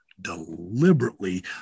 deliberately